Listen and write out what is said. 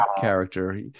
character